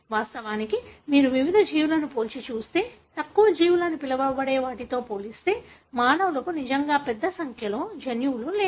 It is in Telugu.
వాస్తవానికి మీరు వివిధ జీవులను పోల్చి చూస్తే తక్కువ జీవులు అని పిలవబడే వాటితో పోలిస్తే మానవులకు నిజంగా పెద్ద సంఖ్యలో జన్యువులు లేవు